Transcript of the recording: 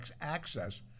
access